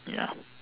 ya